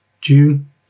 June